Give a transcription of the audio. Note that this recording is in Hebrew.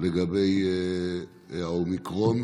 לגבי האומיקרון.